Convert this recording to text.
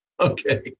Okay